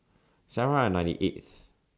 seven and ninety eighth